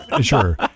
Sure